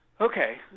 Okay